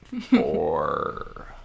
Four